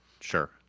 Sure